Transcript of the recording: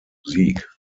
musik